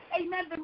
Amen